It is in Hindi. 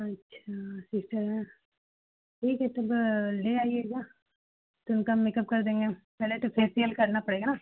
अच्छा ठीक है ठीक है तब ले आइएगा ह तो उनका मेकप कर देंगे पहले तो फ़ेसिअल करना पड़ेगा न